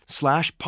slash